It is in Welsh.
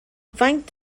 faint